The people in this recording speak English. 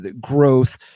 growth